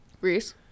Reese